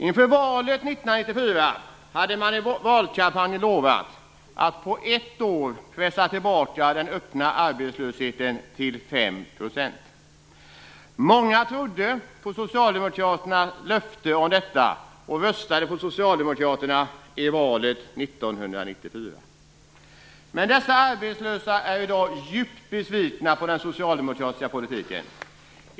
Inför valet 1994 hade man i valkampanjen lovat att på ett år fösa tillbaka den öppna arbetslösheten till Men dessa arbetslösa är i dag djupt besvikna på den socialdemokratiska politiken.